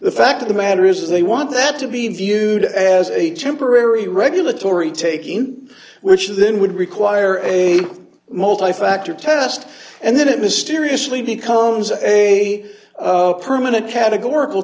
the fact of the matter is they want that to be viewed as a temporary regulatory taking which then would require a multi factor test and then it mysteriously becomes a permanent categor